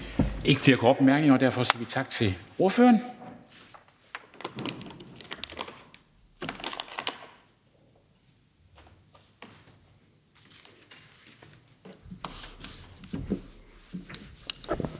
ikke flere korte bemærkninger, så derfor siger vi tak til ordføreren.